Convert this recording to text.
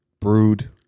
brewed